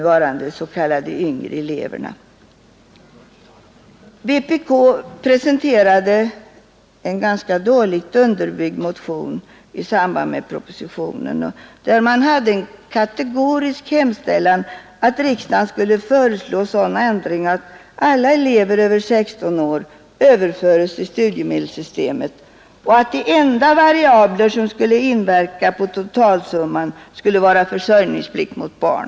Vänsterpartiet kommunisterna presenterade en ganska dåligt underbyggd motion i samband med propositionen med en kategorisk hemställan att alla elever över 16 år skulle överföras till studiemedelssystemet; de enda variabler som skulle inverka på totalsumman skulle vara försörjningsplikt mot barn.